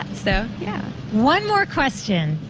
so yeah. one more question.